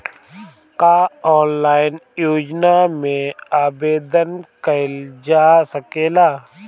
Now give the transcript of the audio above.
का ऑनलाइन योजना में आवेदन कईल जा सकेला?